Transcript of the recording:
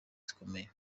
zikomeye